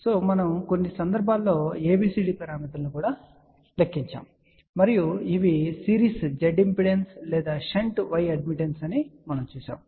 ఆపై మనము వాస్తవానికి కొన్ని సందర్భాల్లో ABCD పారామితులను లెక్కించాము మరియు ఇవి సిరీస్ Z ఇంపిడెన్స్ లేదా షంట్ Y అడ్మిటెన్స్ అని మనము చూసాము